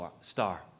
star